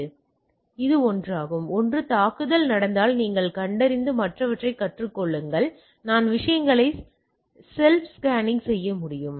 எனவே இது ஒன்றாகும் ஒன்று தாக்குதல் நடந்தால் நீங்கள் கண்டறிந்து மற்றவற்றைக் கற்றுக் கொள்ளுங்கள் நான் விஷயங்களை ஸெல்ப் ஸ்கேனிங் செய்ய முடியும்